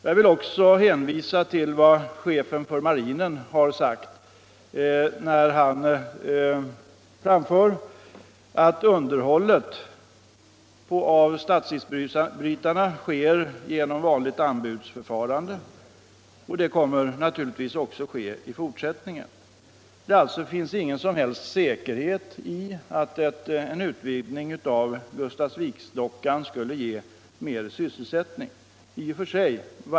Jag vill också hänvisa till vad chefen för marinen har sagt. Han framför att underhållet på statsisbrytarna bestäms genom vanligt anbudsförfarande. Det kommer naturligtvis också att ske i fortsättningen. Därför finns ingen som helst säkerhet för att en utvidgning av Gustafsviksdockan skulle ge mer sysselsättning.